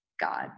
God